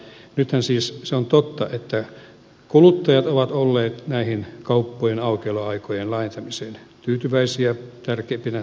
nythän siis se on totta että kuluttajat ovat olleet tähän kauppojen aukioloaikojen laajentamiseen tyytyväisiä ja sitä pidän tärkeänä